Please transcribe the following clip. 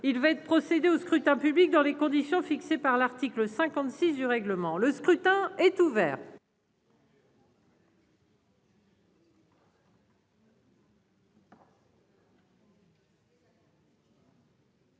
il va être procédé au scrutin public dans les conditions fixées par l'article 56 du règlement, le scrutin est ouvert.